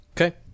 Okay